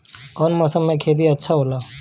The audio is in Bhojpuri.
कौन मौसम मे खेती अच्छा होला?